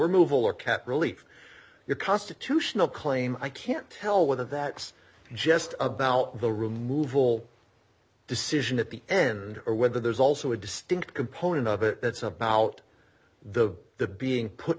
or move all or cat relief your constitutional claim i can't tell whether that it's just about the removal decision at the end or whether there's also a distinct component of it that's about the the being put